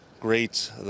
great